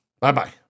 Bye-bye